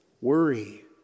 worry